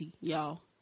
y'all